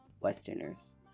westerners